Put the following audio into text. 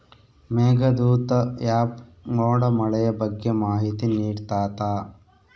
Meghdoot app ಮೋಡ ಮಳೆಯ ಬಗ್ಗೆ ಮಾಹಿತಿ ನಿಡ್ತಾತ